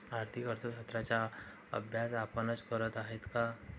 आर्थिक अर्थशास्त्राचा अभ्यास आपणच करत आहात का?